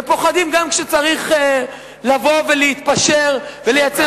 ופוחדים גם כשצריך לבוא ולהתפשר ולייצר